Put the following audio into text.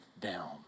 down